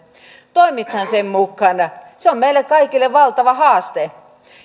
toimitaan sen mukaan se on meille kaikille valtava haaste